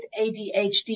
ADHD